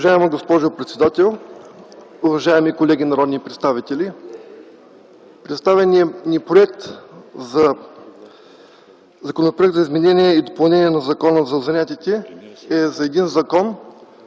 Уважаема госпожо председател, уважаеми колеги народни представители! Представеният ни Законопроект за изменение и допълнение на Закона за занаятите е за един закон,